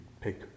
pick